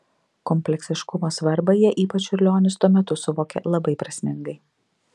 kompleksiškumo svarbą jie ypač čiurlionis tuo metu suvokė labai prasmingai